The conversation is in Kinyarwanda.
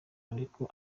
ariko